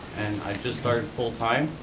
and i just started full-time